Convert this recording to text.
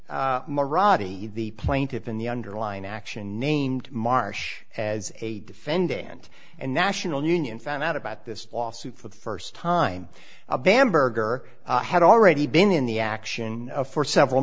the plaintiffs in the underlying action named marsh as a defendant and national union found out about this lawsuit for the first time a bamberger had already been in the action for several